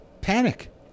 panic